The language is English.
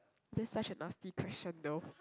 that's such a nasty question though